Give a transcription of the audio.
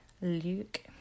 Luke